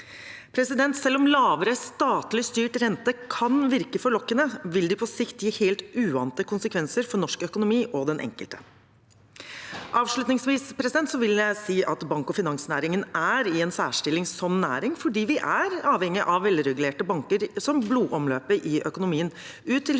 Selv om lavere statlig styrt rente kan virke forlokkende, vil det på sikt gi helt uante konsekvenser for norsk økonomi og den enkelte. Avslutningsvis vil jeg si at bank og finansnæringen er i en særstilling som næring, for vi er avhengige av vel regulerte banker som blodomløpet i økonomien, ut til